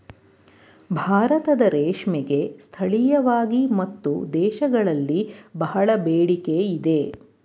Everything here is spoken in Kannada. ಭಾರತದ ರೇಷ್ಮೆಗೆ ಸ್ಥಳೀಯವಾಗಿ ಮತ್ತು ದೇಶಗಳಲ್ಲಿ ಬಹಳ ಬೇಡಿಕೆ ಇದೆ